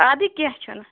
اَدٕ کیٚنٛہہ چھُنہٕ